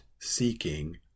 seeking